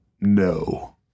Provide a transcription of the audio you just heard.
no